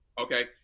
Okay